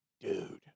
dude